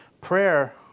Prayer